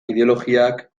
ideologiak